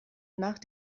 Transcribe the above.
nach